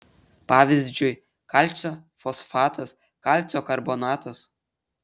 pavyzdžiui kalcio fosfatas kalcio karbonatas